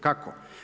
Kako?